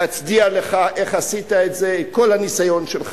להצדיע לך איך עשית את זה עם כל הניסיון שלך.